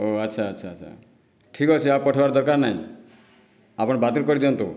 ଓ ଆଚ୍ଛା ଆଚ୍ଛା ଆଚ୍ଛା ଠିକ୍ ଅଛି ଆଉ ପଠେଇବାର ଦରକାର ନାହିଁ ଆପଣ ବାତିଲ କରିଦିଅନ୍ତୁ